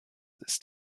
ist